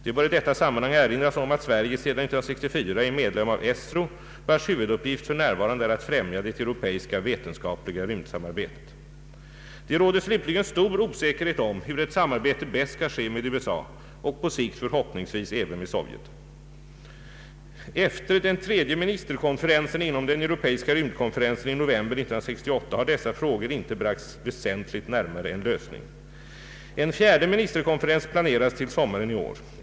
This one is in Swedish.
Det bör i detta sammanhang erinras om att Sverige sedan 1964 är medlem av ESRO, vars huvuduppgift för närvarande är att främja det europeiska vetenskapliga rymdsamarbetet. Det råder slutligen stor osäkerhet om hur ett samarbete bäst skall ske med USA — och på sikt förhoppningsvis även med Sovjet. Efter den tredje ministerkonferensen inom den europeiska rymdkonferensen i november 1968 har dessa frågor inte bragts väsentligt närmare en lösning. En fjärde ministerkonferens planeras till sommaren i år.